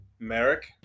Merrick